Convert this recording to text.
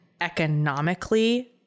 economically